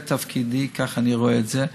זה תפקידי, כך אני רואה את זה,